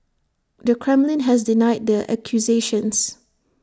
the Kremlin has denied the accusations